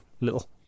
little